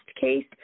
case